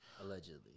Allegedly